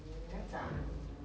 怎样讲